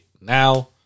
now